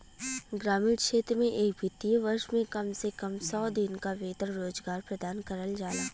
ग्रामीण क्षेत्र में एक वित्तीय वर्ष में कम से कम सौ दिन क वेतन रोजगार प्रदान करल जाला